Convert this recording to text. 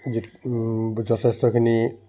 যিহেতু যথেষ্টখিনি